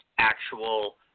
actual